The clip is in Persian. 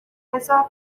بذار